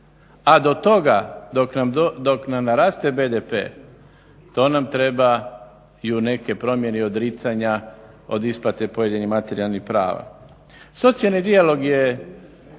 a do toga dok naraste BDP to nam trebaju neke promjene i odricanja od isplate pojedinih materijalnih prava.